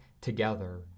together